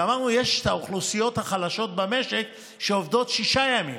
אמרנו שיש את האוכלוסיות החלשות במשק שעובדות שישה ימים.